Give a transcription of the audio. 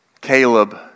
Caleb